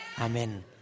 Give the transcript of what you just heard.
Amen